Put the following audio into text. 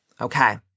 Okay